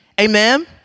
Amen